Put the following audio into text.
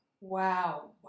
Wow